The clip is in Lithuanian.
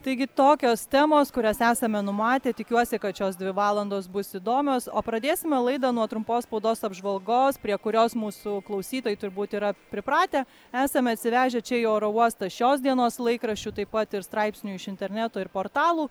taigi tokios temos kurias esame numatę tikiuosi kad šios dvi valandos bus įdomios o pradėsime laidą nuo trumpos spaudos apžvalgos prie kurios mūsų klausytojai turbūt yra pripratę esame atsivežę čia į oro uostą šios dienos laikraščių taip pat ir straipsnių iš interneto portalų